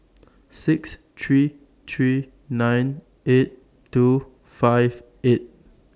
six three three nine eight two five eight